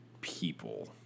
people